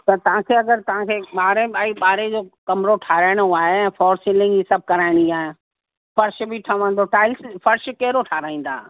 त तव्हांखे अगरि तव्हांखे ॿारहें बाय ॿारहें जो कमिरो ठहाराइणो आहे ऐं फॉर सीलिंग हीअ सभु कराइणी आहे फर्श बि ठहंदो टाइल्स फर्श कहिड़ो ठहाराईंदा